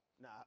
Nah